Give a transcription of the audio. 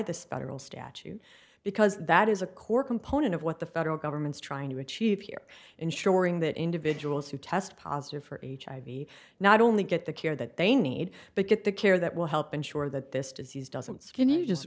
this federal statute because that is a core component of what the federal government's trying to achieve here ensuring that individuals who test positive for hiv not only get the care that they need but get the care that will help ensure that this disease doesn't skinny just